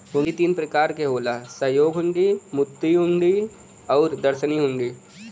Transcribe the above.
हुंडी तीन प्रकार क होला सहयोग हुंडी, मुद्दती हुंडी आउर दर्शनी हुंडी